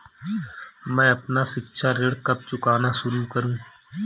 मैं अपना शिक्षा ऋण कब चुकाना शुरू करूँ?